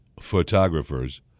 photographers